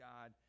God